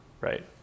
Right